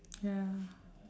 ya